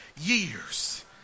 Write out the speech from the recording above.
years